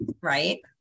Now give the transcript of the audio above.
Right